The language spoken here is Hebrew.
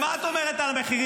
ומה את אומרת על המחירים?